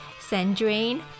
Sandrine